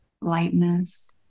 lightness